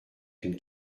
une